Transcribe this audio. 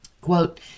Quote